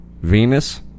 venus